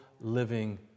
living